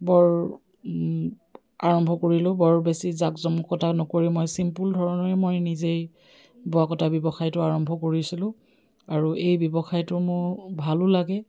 বৰ আৰম্ভ কৰিলোঁ বৰ বেছি জাক জমকতা নকৰি মই চিম্পুল ধৰণৰেই মই নিজেই বোৱা কটা ব্যৱসায়টো আৰম্ভ কৰিছিলোঁ আৰু এই ব্যৱসায়টো মোৰ ভালো লাগে